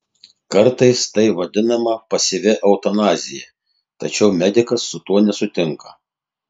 kartais tai vadinama pasyvia eutanazija tačiau medikas su tuo nesutinka